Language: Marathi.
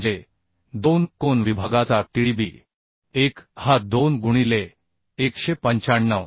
म्हणजे 2 कोन विभागाचा Tdb1 हा 2 गुणिले 195